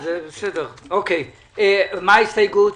מה ההסתייגות?